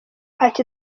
ati